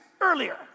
earlier